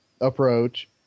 approach